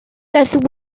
daeth